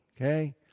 Okay